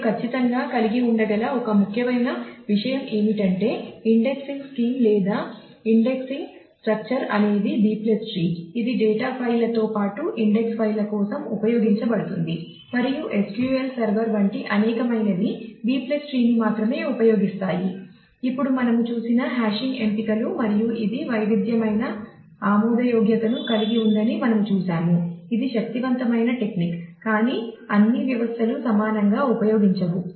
మీరు ఖచ్చితంగా కలిగి ఉండగల ఒక ముఖ్యమైన విషయం ఏమిటంటే ఇండెక్సింగ్ స్కీం కానీ అన్ని వ్యవస్థలు సమానంగా ఉపయోగించవు